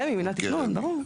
רמ"י, מינהל התכנון, ברור.